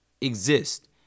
exist